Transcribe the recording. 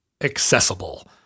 accessible